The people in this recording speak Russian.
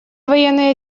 военные